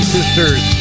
Sisters